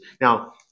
Now